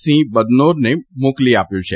સિંહ બદનોરને મોકલી આપ્યું છે